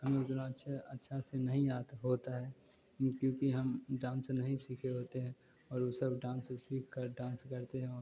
हम लोग उतना अच्छा से नहीं आत होता है क्योंकि हम डांस नहीं सीखे होते है और उ सब डांस सीखकर डांस करते हैं